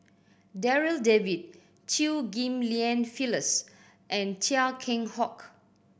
Darryl David Chew Ghim Lian Phyllis and Chia Keng Hock